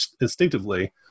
instinctively